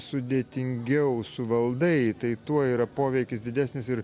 sudėtingiau suvaldai tai tuo yra poveikis didesnis ir